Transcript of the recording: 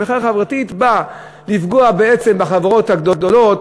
המחאה החברתית באה לפגוע בעצם בחברות הגדולות,